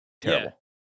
terrible